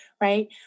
right